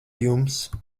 jums